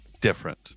different